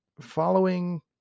following